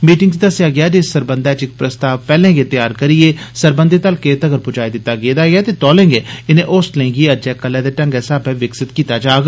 meeting च दस्सेआ गेआ जे इत्त सरबंधै च प्रस्ताव पैहले गै तैआर करियै सरबंघत हल्कें तगर पजाई दित्ता गेदा ऐ ते तौले गै इनें होस्टलें गी अज्जै कल्लै दे ढंगै साब्लै विकसित कीता जाग